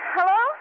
Hello